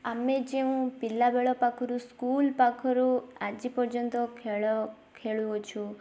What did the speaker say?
ଆମେ ଯେଉଁ ପିଲାବେଳ ପାଖରୁ ସ୍କୁଲ୍ ପାଖରୁ ଆଜି ପର୍ଯ୍ୟନ୍ତ ଖେଳ ଖେଳୁ ଅଛୁ